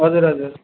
हजुर हजुर